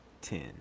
ten